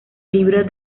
libro